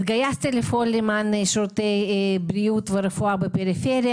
התגייסתי לפעול למתן שירותי בריאות ורפואה בפריפריה